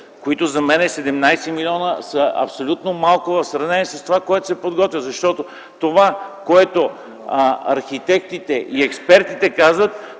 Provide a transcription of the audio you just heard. лв.. За мен 17 милиона са абсолютно малко в сравнение с това, което се подготвя. Това, което архитектите и експертите казват,